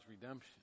redemption